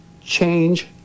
change